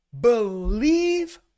Believe